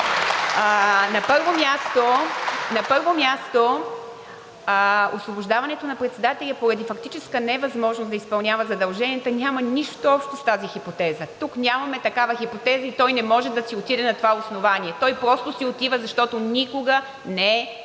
На първо място, освобождаването на председателя поради фактическа невъзможност да изпълнява задълженията, няма нищо общо с тази хипотеза. Тук нямаме такава хипотеза и той не може да си отиде на това основание. Той просто си отива, защото никога не е